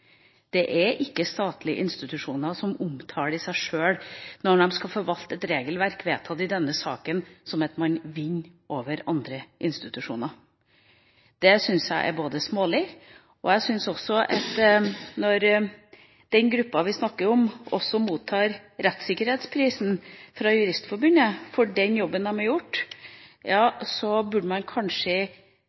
statlige institusjoner omtaler seg sjøl – når de skal forvalte et regelverk, vedtatt i denne saken – som at man vinner over andre institusjoner, syns jeg er smålig. Jeg syns også at når den gruppa vi snakker om, også mottar rettssikkerhetsprisen fra Juristforbundet for den jobben de har gjort, burde man kanskje